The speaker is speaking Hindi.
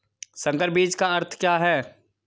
संकर बीज का अर्थ क्या है?